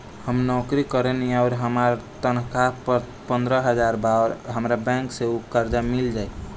हम नौकरी करेनी आउर हमार तनख़ाह पंद्रह हज़ार बा और हमरा बैंक से कर्जा मिल जायी?